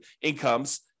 incomes